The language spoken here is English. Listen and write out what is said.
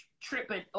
tripping